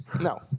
No